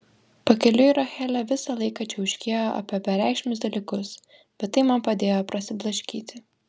pakeliui rachelė visą laiką čiauškėjo apie bereikšmius dalykus bet tai man padėjo prasiblaškyti